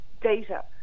data